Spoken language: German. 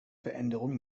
veränderung